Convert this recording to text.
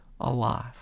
alive